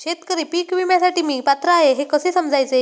शेतकरी पीक विम्यासाठी मी पात्र आहे हे कसे समजायचे?